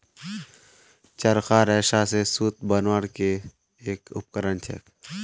चरखा रेशा स सूत बनवार के एक उपकरण छेक